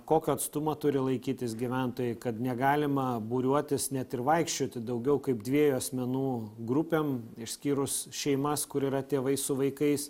kokio atstumo turi laikytis gyventojai kad negalima būriuotis net ir vaikščioti daugiau kaip dviejų asmenų grupėm išskyrus šeimas kur yra tėvai su vaikais